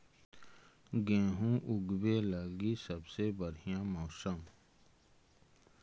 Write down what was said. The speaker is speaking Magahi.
गेहूँ ऊगवे लगी सबसे बढ़िया मौसम?